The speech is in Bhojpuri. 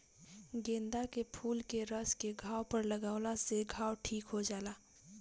गेंदा के फूल के रस के घाव पर लागावला से घाव ठीक हो जाला